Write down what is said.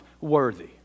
worthy